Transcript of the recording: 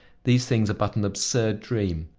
these things are but an absurd dream.